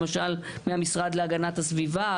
למשל מהמשרד להגנת הסביבה,